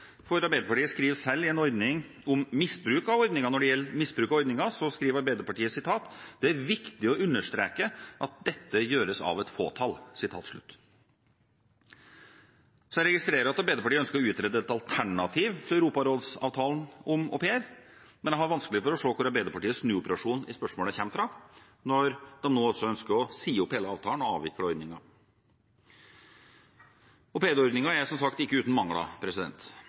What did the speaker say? Når det gjelder misbruk av ordningen, skriver bl.a. Arbeiderpartiet at det er «viktig å understreke at dette gjøres av et fåtall». Jeg registrerer at Arbeiderpartiet ønsker å utrede et alternativ til Europarådets avtale om au pair, men jeg har vanskelig for å se hvor Arbeiderpartiets snuoperasjon i spørsmålet kommer fra, når de nå ønsker å si opp hele avtalen og avvikle ordningen. Aupairordningen er, som sagt, ikke uten mangler.